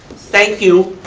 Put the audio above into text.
thank you.